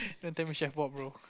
don't tell me chef bob bro